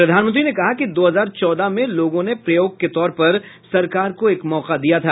प्रधानमंत्री ने कहा कि दो हजार चौदह में लोगों ने प्रयोग के तौर पर सरकार को एक मौका दिया था